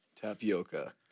Tapioca